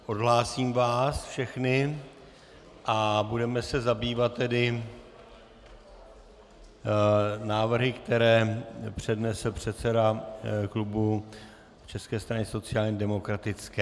Odhlásím vás všechny a budeme se zabývat návrhy, které přednesl předseda klubu České strany sociálně demokratické.